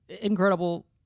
incredible